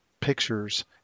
pictures